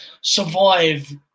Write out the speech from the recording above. survive